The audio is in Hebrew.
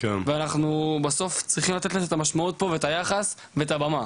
ואנחנו בסוף צריכים לתת לזה את המשמעות ואת היחס ואת הבמה.